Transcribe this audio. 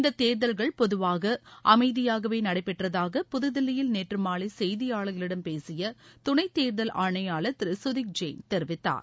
இந்த தேர்தல்கள் பொதுவாக அமைதியாகவே நடைபெற்றதாக புதுதில்லியில் நேற்று மாலை செய்தியாளர்களிடம் பேசிய துணை தேர்தல் ஆணையாளர் திரு கதிக் ஜெயின் தெரிவித்தார்